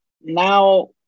now